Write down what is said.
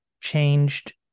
changed